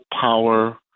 power